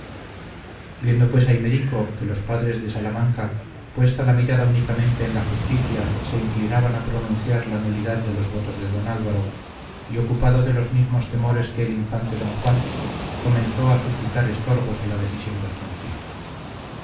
viendo pues aymerico que los padres de salamanca puesta la mirada únicamente en la justicia se inclinaban a pronunciar la nulidad de los votos de don álvaro y ocupado de los mismos temores que el infante don juan comenzó a suscitar estorbos a la decisión del concilio